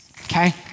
okay